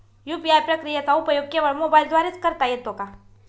UPI प्रक्रियेचा उपयोग केवळ मोबाईलद्वारे च करता येतो का?